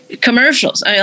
commercials